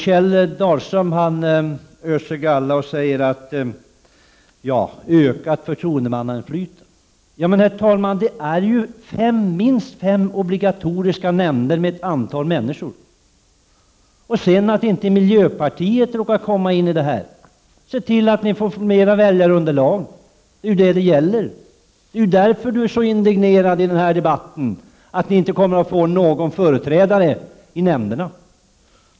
Kjell Dahlström öser galla när han talar om ökat förtroendemannainflytande. Men det är ju, herr talman, minst fem obligatoriska nämnder med ett antal människor. Att inte miljöpartiet råkar komma med är en sak för sig. Se till att ni får ett större väljarunderlag! Det är ju det som det gäller. Kjell Dahlström är indignerad i debatten, eftersom miljöpartiet inte kommer att få någon företrädare i nämnderna.